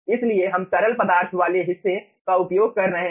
इसलिए हम तरल पदार्थ वाले हिस्से का उपयोग कर रहे हैं